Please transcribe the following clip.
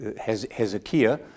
Hezekiah